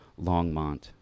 longmont